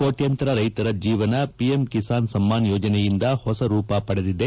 ಕೋಟ್ಯಾಂತರ ರೈತರ ಜೀವನ ಪಿಎಂ ಕಿಸಾನ್ ಸಮ್ಮಾನ್ ಯೋಜನೆಯಿಂದ ಹೊಸ ರೂಪ ಪಡೆದಿದೆ